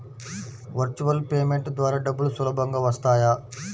Virtual payment ద్వారా డబ్బులు సులభంగా వస్తాయా?